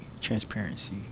transparency